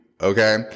okay